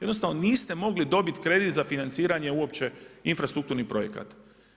Jednostavno niste mogli dobiti kredit za financiranje uopće infrastrukturnih projekata.